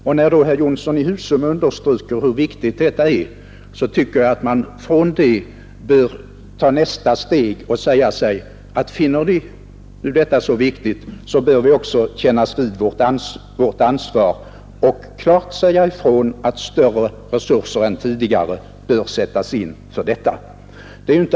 Jag tycker att herr Jonsson i Husum, som understryker hur viktig frågan är, också bör ta nästa steg och säga sig att vi då bör kännas vid vårt ansvar och klart deklarera att det bör sättas in större resurser än tidigare för detta ändamål.